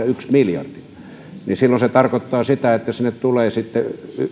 yksi miljardi silloin kaksituhattaviisitoista silloin se tarkoittaa sitä että sinne tulee sitten